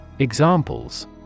EXAMPLES